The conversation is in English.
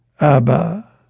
Abba